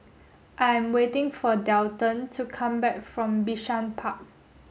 I am waiting for Delton to come back from Bishan Park